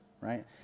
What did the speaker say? right